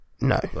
no